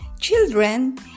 Children